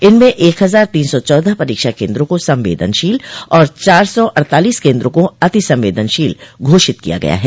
इनमें एक हजार तीन सौ चौदह परीक्षा केन्द्रों को संवेदनशील और चार सौ अड़तालीस केन्द्रों को अतिसंवेदनशील घोषित किया गया है